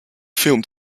film